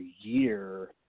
year